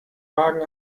wagen